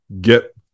get